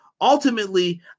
Ultimately